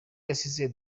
yasize